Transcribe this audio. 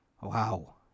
wow